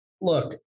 look